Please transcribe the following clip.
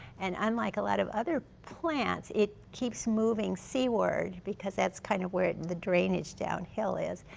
and unlike a lot of other plants, it keeps moving seaward because that's kind of where the drainage downhill is.